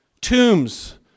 tombs